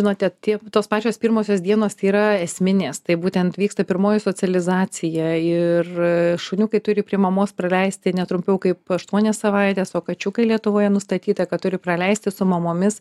manote tie tos pačios pirmosios dienos yra esminės tai būtent vyksta pirmoji socializacija ir šuniukai turi prie mamos praleisti ne trumpiau kaip aštuonias savaites o kačiukai lietuvoje nustatyta kad turi praleisti su mamomis